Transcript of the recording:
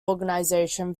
organization